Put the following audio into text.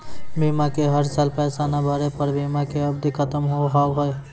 बीमा के हर साल पैसा ना भरे पर बीमा के अवधि खत्म हो हाव हाय?